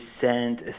send